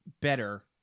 better